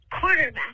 quarterback